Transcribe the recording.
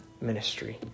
ministry